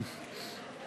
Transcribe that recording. חוק מכוני כושר (רישוי ופיקוח)